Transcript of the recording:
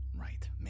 right